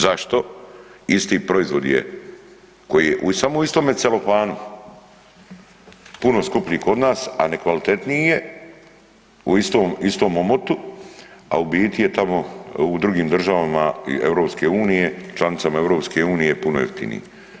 Zašto isti proizvod koji je samo u istome celofanu, puno skuplji kod nas, a nekvalitetniji je u istom omotu, u biti je tamo u drugim državama EU, članicama EU puno jeftiniji.